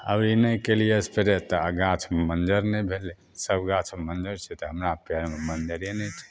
अबरी नहि कयलियै स्प्रे तऽ गाछमे मञ्जर नहि भेलय सब गाछमे मञ्जर छै तऽ हमरा गाछमे मञ्जरे नहि छै